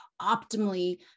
optimally